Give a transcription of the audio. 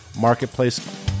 marketplace